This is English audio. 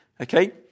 okay